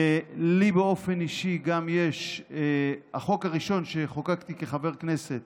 לי באופן אישי, החוק הראשון שחוקקתי כחבר כנסת